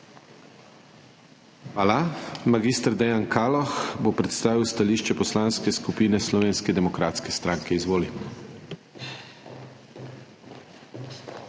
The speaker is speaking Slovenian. Hvala. Mag. Dejan Kaloh bo predstavil stališče Poslanske skupine Slovenske demokratske stranke. Izvoli.